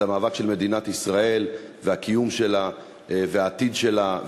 זה המאבק של מדינת ישראל והקיום שלה והעתיד שלה.